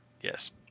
Yes